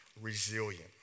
resilient